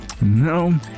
No